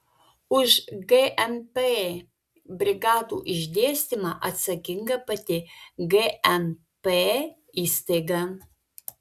už gmp brigadų išdėstymą atsakinga pati gmp įstaiga